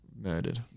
murdered